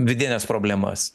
vidines problemas